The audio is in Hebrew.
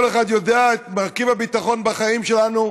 כל אחד יודע את מרכיב הביטחון בחיים שלנו,